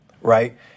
right